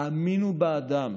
האמינו באדם,